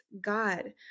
God